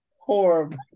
horrible